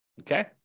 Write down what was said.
okay